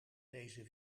deze